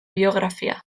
biografia